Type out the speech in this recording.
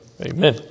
Amen